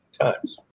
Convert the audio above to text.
times